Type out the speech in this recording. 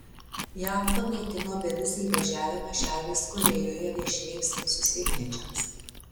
jav panaikino bevizį įvažiavimą šiaurės korėjoje viešėjusiems užsieniečiams